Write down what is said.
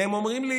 והם אומרים לי: